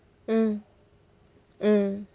mm mm